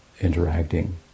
interacting